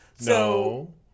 No